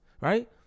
right